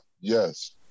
Yes